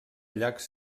llacs